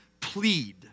plead